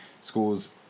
scores